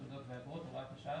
תעודות ואגרות) (הוראת שעה),